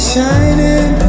shining